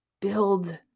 build